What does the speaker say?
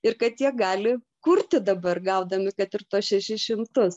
ir kad jie gali kurti dabar gaudami kad ir tuos šešis šimtus